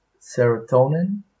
serotonin